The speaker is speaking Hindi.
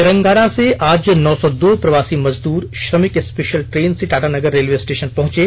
तेलंगाना से आज नौ सौ दो प्रवासी मजदूर श्रमिक स्पेशल ट्रेन से टाटानगर रेलवे स्टेशन पहंचे